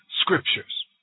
scriptures